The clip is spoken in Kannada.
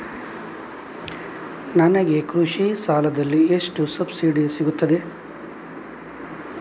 ನನಗೆ ಕೃಷಿ ಸಾಲದಲ್ಲಿ ಎಷ್ಟು ಸಬ್ಸಿಡಿ ಸೀಗುತ್ತದೆ?